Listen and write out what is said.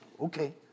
Okay